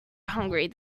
hungry